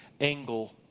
angle